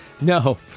No